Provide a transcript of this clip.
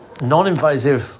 non-invasive